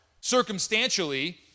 circumstantially